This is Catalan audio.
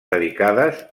dedicada